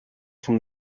from